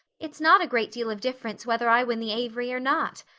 it's not a great deal of difference whether i win the avery or not.